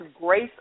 grace